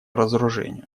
разоружению